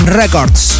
records